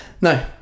No